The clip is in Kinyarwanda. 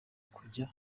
kujya